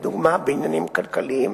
לדוגמה בעניינים כלכליים.